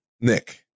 nick